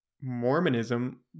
mormonism